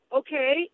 okay